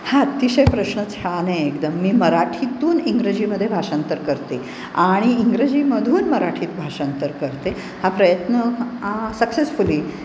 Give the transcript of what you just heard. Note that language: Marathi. हा अतिशय प्रश्न छान आहे एकदम मी मराठीतून इंग्रजीमध्ये भाषांतर करते आणि इंग्रजीमधून मराठीत भाषांतर करते हा प्रयत्न सक्सेसफुली